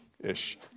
Ish